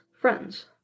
friends